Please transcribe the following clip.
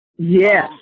Yes